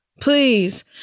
Please